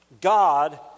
God